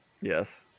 Yes